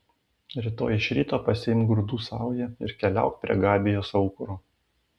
rytoj iš ryto pasiimk grūdų saują ir keliauk prie gabijos aukuro